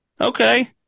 okay